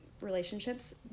relationships